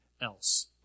else